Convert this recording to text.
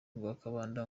lwakabamba